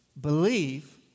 believe